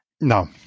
No